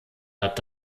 hat